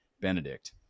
Benedict